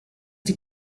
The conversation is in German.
die